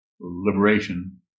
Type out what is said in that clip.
liberation